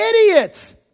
Idiots